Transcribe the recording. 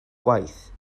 gwaith